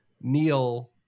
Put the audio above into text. neil